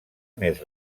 més